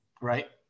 Right